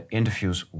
interviews